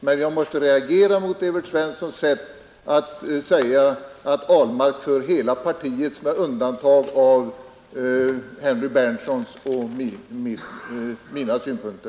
Men jag måste reagera när Evert Svensson säger att herr Ahlmark är talesman för hela partiet med undantag av Henry Berndtssons och mina synpunkter.